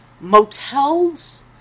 motels